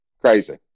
Crazy